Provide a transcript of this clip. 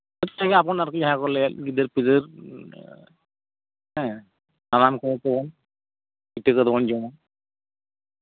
ᱮᱢᱟ ᱠᱚᱣᱟᱵᱚᱱ ᱟᱨᱠᱤ ᱜᱤᱫᱟᱹᱨ ᱯᱤᱫᱟᱹᱨ ᱦᱮᱸ ᱥᱟᱱᱟᱢ ᱠᱚᱜᱮ ᱯᱤᱴᱷᱟᱹ ᱠᱚᱵᱚᱱ ᱡᱚᱢᱟ